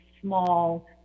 small